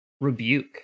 rebuke